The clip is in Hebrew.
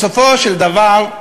בסופו של דבר,